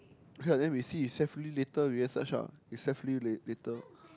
okay then lah we see if set free later then we go and search lah if set free later